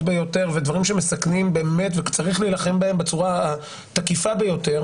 ביותר ודברים שמסכנים באמת וצריך להילחם בהם בצורה תקיפה ביותר